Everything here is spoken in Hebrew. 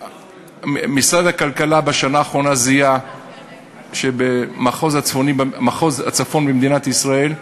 משרד הכלכלה בשנה האחרונה זיהה שבמחוז הצפון במדינת ישראל,